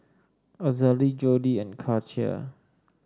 Azalee Jordi and Katia